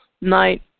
night